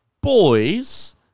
boys